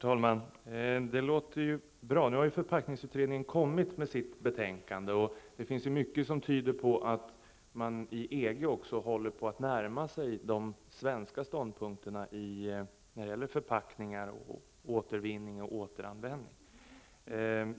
Herr talman! Det låter ju bra. Nu har ju förpackningsutredningen kommit med sitt betänkande. Det finns mycket som tyder på att man inom EG håller på att närma sig de svenska ståndpunkterna i fråga om förpackningar, återvinning och återanvändning.